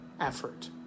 effort